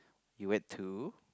you went to